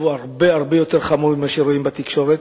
הרבה יותר חמור ממה שרואים בתקשורת.